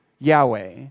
Yahweh